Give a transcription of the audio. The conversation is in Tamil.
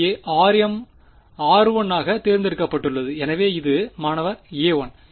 இங்கே rm r1ஆக தேர்ந்தெடுக்கப்பட்டுள்ளது எனவே இது மாணவர் a1 a1